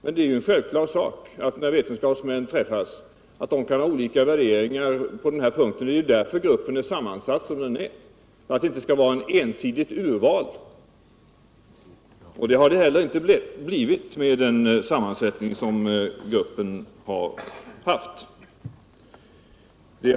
Men det är ju självklart att vetenskapsmän kan ha olika värderingar i den här frågan. Det är därför gruppen är sammansatt som den är — det skall ju inte vara ett ensidigt urval.